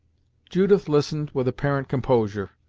judith listened with apparent composure,